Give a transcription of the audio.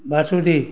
basundi